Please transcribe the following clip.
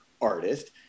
artist